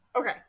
Okay